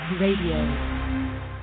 Radio